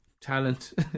talent